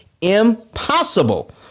Impossible